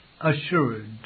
Assured